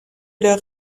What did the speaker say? leur